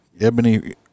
Ebony